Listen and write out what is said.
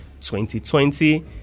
2020